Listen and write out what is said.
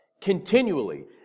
continually